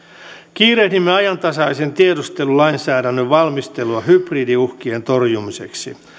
kiirehdimme ajantasaisen tiedustelulainsäädännön valmistelua hybridiuhkien torjumiseksi